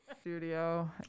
Studio